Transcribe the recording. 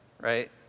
right